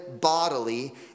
bodily